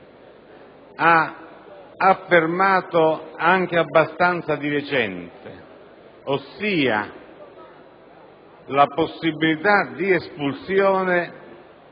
ha affermato anche abbastanza di recente, ossia che la possibilità di espulsione